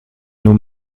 nous